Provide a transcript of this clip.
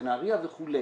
בנהריה וכו',